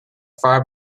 far